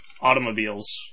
automobiles